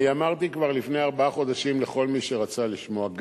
אני אמרתי כבר לפני ארבעה חודשים לכל מי שרצה לשמוע,